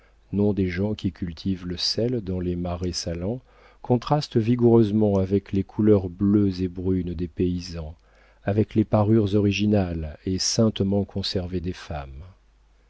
nom des gens qui cultivent le sel dans les marais salants contraste vigoureusement avec les couleurs bleues et brunes des paysans avec les parures originales et saintement conservées des femmes